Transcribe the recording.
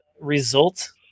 result